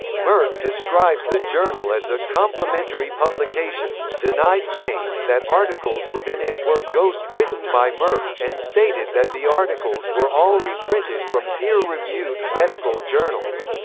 merck described the journal as a complimentary publication, denied claims that articles within it were ghost written by merck, and stated that the articles were all reprinted from peer-reviewed medical journals.